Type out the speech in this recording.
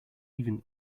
even